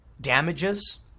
damages